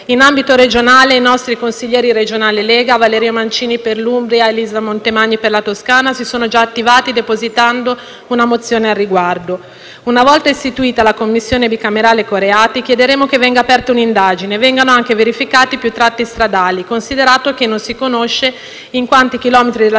In ambito regionale, i nostri consiglieri regionali della Lega, Valerio Mancini per l'Umbria ed Elisa Montemagni per la Toscana, si sono già attivati depositando una mozione al riguardo. Una volta istituita la Commissione bicamerale sugli ecoreati, chiederemo che venga aperta un'indagine e vengano anche verificati più tratti stradali, considerato che non si conosce in quanti chilometri della